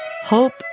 hope